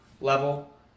level